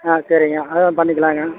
ஆ சரிங்க அதுவும் பண்ணிக்கலாங்க